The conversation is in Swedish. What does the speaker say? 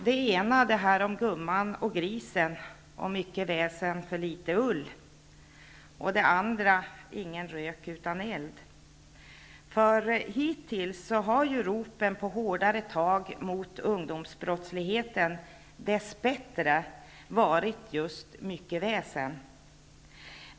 Det ena ordspråket lyder: Det var mycket väsen för litet ull sade gumman och klippte grisen. Det andra ordspråket lyder: Ingen rök utan eld. Hittills har ropen på hårdare tag mot undomsbrottsligheten dess bättre varit just mycket väsen.